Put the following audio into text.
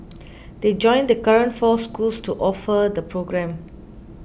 they join the current four schools to offer the programme